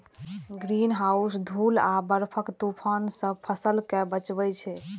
greenhouse धूल आ बर्फक तूफान सं फसल कें बचबै छै